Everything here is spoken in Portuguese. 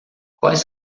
quais